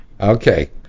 Okay